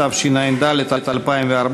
התשע"ד 2014,